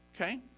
Okay